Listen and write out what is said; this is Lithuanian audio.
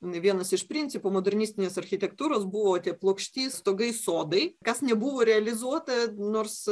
vienas iš principų modernistinės architektūros buvo tie plokšti stogai sodai kas nebuvo realizuota nors